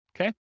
okay